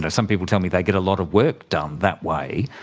ah some people tell me they get a lot of work done that way.